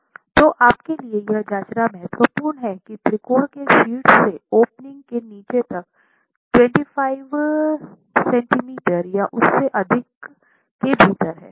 तो आपके लिए यह जाँचना महत्वपूर्ण है कि त्रिकोण के शीर्ष से ओपनिंग के नीचे तक 25 सेंटीमीटर या उससे अधिक के भीतर है